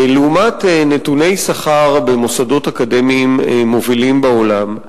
לעומת נתוני שכר במוסדות אקדמיים מובילים בעולם,